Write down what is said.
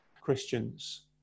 Christians